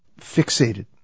fixated